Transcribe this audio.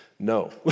No